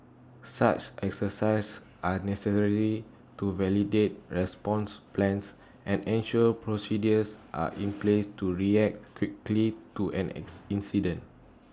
such exercises are necessary to validate response plans and ensure procedures are in place to react quickly to an X incident